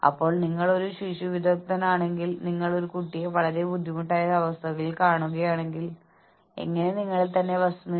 എല്ലാവർക്കും ഒരേ ആനുകൂല്യം നൽകാനാവില്ല വ്യത്യസ്തമായി ജോലി ചെയ്യുന്ന ആളുകൾക്ക് വ്യത്യസ്ത ആനുകൂല്യങ്ങൾ നൽകേണ്ടതുണ്ട്